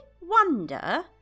wonder